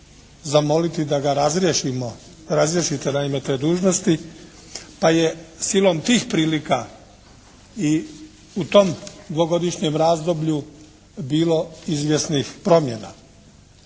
zamoliti da ga razriješite naime te dužnosti pa je silom tih prilika i u tom dvogodišnjem razdoblju bilo izvjesnih promjena.